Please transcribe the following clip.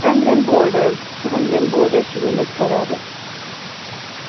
أنٛدرِم بورڈ حظ أنٛدرِم بورڈ حظ چھِ گٲمٕتۍ خَراب اَسہِ